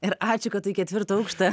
ir ačiū kad tu į ketvirtą aukštą